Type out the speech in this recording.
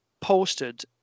posted